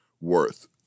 worth